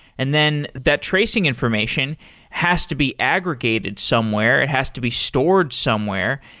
and then that tracing information has to be aggregated somewhere. it has to be stored somewhere.